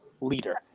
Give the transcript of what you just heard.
leader